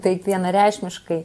taip vienareikšmiškai